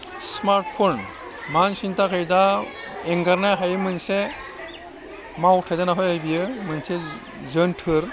smart phone मानसिनि थाखाय दा एंगारनो हायै मोनसे मावथाइ जाना फैबाय बियो मोनसे जोन्थोर